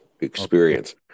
experience